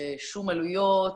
שום עלויות,